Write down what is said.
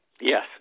Yes